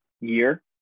year